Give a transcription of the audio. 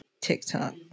TikTok